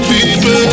People